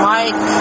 Mike